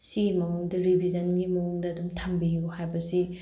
ꯁꯤꯒꯤ ꯃꯑꯣꯡꯗ ꯔꯤꯕꯤꯖꯟꯒꯤ ꯃꯑꯣꯡꯗ ꯑꯗꯨꯝ ꯊꯝꯕꯤꯌꯨ ꯍꯥꯏꯕꯁꯤ